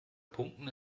punkten